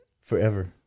forever